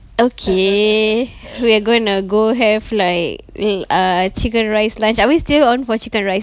okay we're going to go have like a~ err chicken rice lunch are we still on for chicken rice lunch